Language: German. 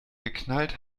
geknallt